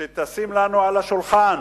שתשים לנו על השולחן,